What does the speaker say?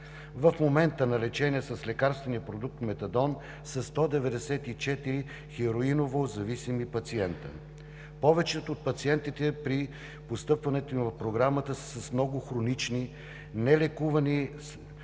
В момента на лечение с лекарствения продукт метадон са 194 хероиново зависими пациенти. Повечето от пациентите при постъпването им в Програмата са с много хронични и нелекувани